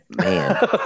man